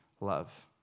love